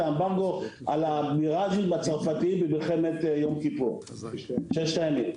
האמברגו על הצרפתיים במלחמת ששת הימים.